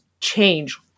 change